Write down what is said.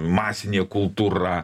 masinė kultūra